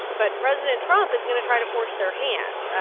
but president trump is going to try to force their hand.